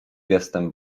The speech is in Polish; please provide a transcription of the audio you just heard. gestem